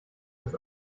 his